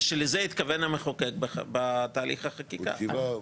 שלזה התכוון המחוקק בתהליך החקיקה.